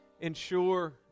ensure